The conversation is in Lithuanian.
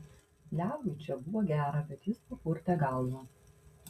levui čia buvo gera bet jis papurtė galvą